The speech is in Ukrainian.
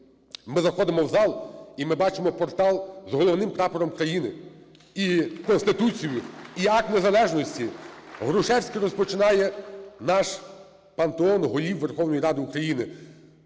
Ми заходимо в зал, і ми бачимо портал з головним Прапором країни і Конституцією, і Акт Незалежності. Грушевський розпочинає наш пантеон голів Верховної Ради України.